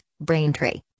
Braintree